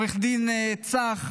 עו"ד צח,